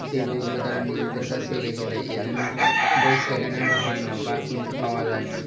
সেই বইগুলো তারা নিজেদের কাছেই রেখে দেয় এজন্য বই সেকেন্ড হ্যান্ড হয় না বা কিনতে পাওয়া যায় না